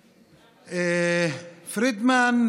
פרידמן,